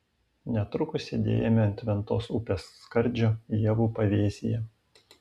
netrukus sėdėjome ant ventos upės skardžio ievų pavėsyje